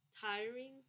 tiring